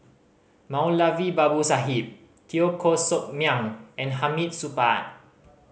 Moulavi Babu Sahib Teo Koh Sock Miang and Hamid Supaat